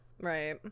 Right